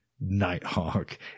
Nighthawk